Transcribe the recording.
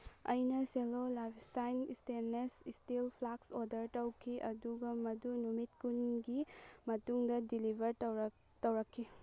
ꯑꯩꯅ Cello life style stainless steel flask order ꯇꯧꯈꯤ ꯑꯗꯨꯒ ꯃꯗꯨ ꯅꯨꯃꯤꯠ ꯀꯨꯟꯒꯤ ꯃꯇꯨꯡꯗ ꯗꯤꯂꯤꯚꯔ ꯇꯧꯔꯛꯈꯤ